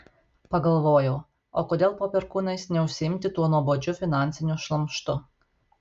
pagalvojau o kodėl po perkūnais neužsiimti tuo nuobodžiu finansiniu šlamštu